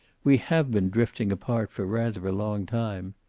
we have been drifting apart for rather a long time.